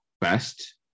best